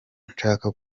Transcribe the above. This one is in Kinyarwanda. nshaka